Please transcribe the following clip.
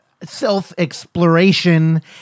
self-exploration